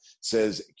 says